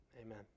amen